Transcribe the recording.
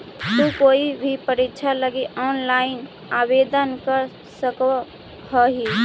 तु कोई भी परीक्षा लगी ऑनलाइन आवेदन कर सकव् हही